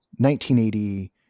1980